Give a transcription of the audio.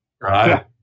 Right